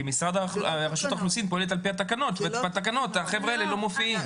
כי רשות האוכלוסין פועלת על פי התקנות ובתקנות החבר'ה האלה לא מופיעים.